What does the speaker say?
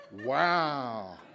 wow